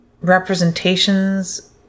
representations